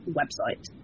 website